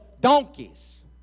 donkeys